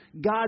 God